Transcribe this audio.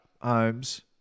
homes